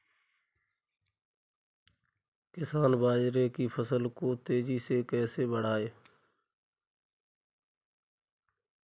किसान बाजरे की फसल को तेजी से कैसे बढ़ाएँ?